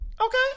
Okay